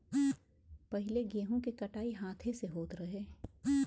पहिले गेंहू के कटाई हाथे से होत रहे